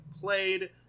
played